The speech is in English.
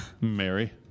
Mary